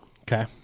Okay